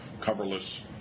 coverless